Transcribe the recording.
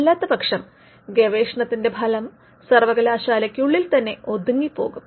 അല്ലാത്തപക്ഷം ഗവേഷണത്തിന്റെ ഫലം സർവകലാശാലയ്ക്കുള്ളിൽ തന്നെ ഒതുങ്ങി പോകും